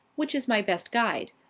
which is my best guide.